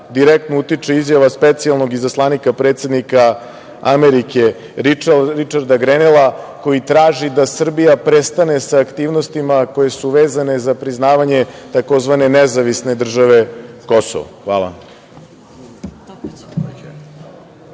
direktno utiče izjava specijalnog izaslanika predsednika Amerike Ričarda Grenela koji traži da Srbija prestane sa aktivnostima koje su vezane za priznavanje tzv. nezavisne države Kosovo? Hvala.